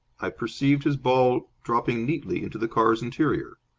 i perceived his ball dropping neatly into the car's interior.